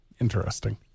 Interesting